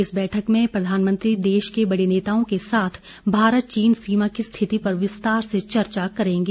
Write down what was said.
इस बैठक में प्रधानमंत्री देश के बडे नेताओं के साथ भारत चीन सीमा की स्थिति पर विस्तार से चर्चा करेंगे